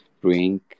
bring